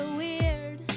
weird